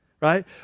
Right